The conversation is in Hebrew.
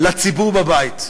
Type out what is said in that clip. לציבור בבית,